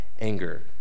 anger